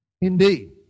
Indeed